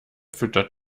füttert